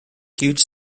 huge